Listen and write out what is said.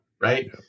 right